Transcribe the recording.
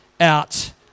out